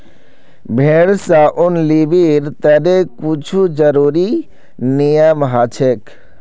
भेड़ स ऊन लीबिर तने कुछू ज़रुरी नियम हछेक